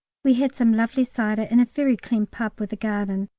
we had some lovely cider in a very clean pub with a garden,